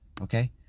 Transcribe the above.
okay